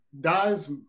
dies